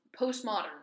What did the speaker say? postmodern